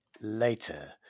Later